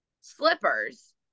slippers